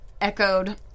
echoed